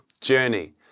journey